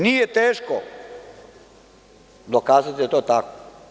Nije teško dokazati da je to tako.